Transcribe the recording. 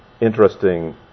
interesting